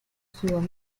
ciudad